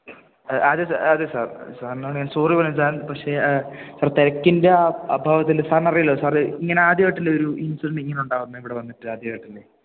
അതെ സാർ അതെ സാർ സാറിനോട് ഞാൻ സോറി പറയുകയാണ് സാർ പക്ഷേ സാർ തിരക്കിൻ്റെ അഭാവത്തില് സാറിനറിയാമല്ലോ സാര് ഇങ്ങനെ ആദ്യമായിട്ടല്ലേ ഒരു ഇൻസിഡൻ്റ് ഇങ്ങനെയുണ്ടാകുന്നത് ഇവിടെ വന്നിട്ട് ആദ്യമായിട്ടല്ലേ